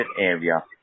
area